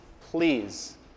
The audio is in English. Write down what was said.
please